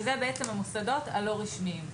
אלה בעצם המוסדות הלא רשמיים.